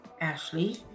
Ashley